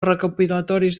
recopilatoris